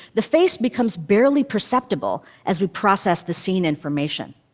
the face becomes barely perceptible as we process the scene information.